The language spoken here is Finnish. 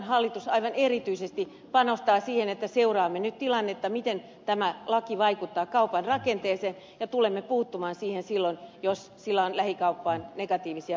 hallitus aivan erityisesti panostaa siihen että seuraamme nyt tilannetta miten tämä laki vaikuttaa kaupan rakenteeseen ja tulemme puuttumaan siihen silloin jos sillä on lähikauppaan negatiivisia vaikutuksia